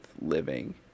living